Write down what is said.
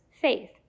faith